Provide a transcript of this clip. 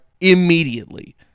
immediately